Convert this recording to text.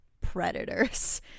predators